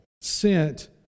sent